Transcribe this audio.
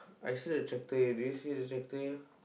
I see the tractor here have you see the tractor here